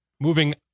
moving